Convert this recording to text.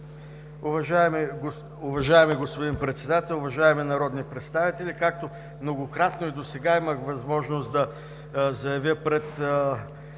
Уважаеми господин Председател, уважаеми народни представители! Както многократно и досега имах възможност да заявя пред